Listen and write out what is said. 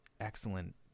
excellent